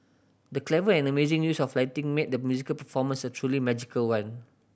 the clever and amazing use of lighting made the musical performance a truly magical one